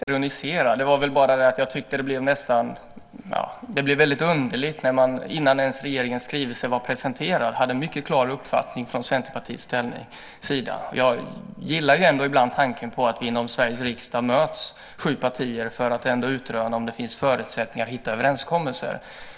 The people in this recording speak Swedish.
Fru talman! När det gäller detta med att ironisera tyckte jag att det var väldigt underligt att Centerpartiet hade en mycket klar uppfattning innan ens regeringens skrivelse hade presenterats. Jag gillar ändå tanken på att de sju partierna i Sveriges riksdag möts för att utröna om det finns förutsättningar för att hitta överenskommelser.